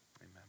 Amen